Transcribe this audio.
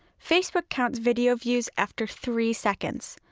facebook counts video views after three seconds,